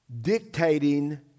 dictating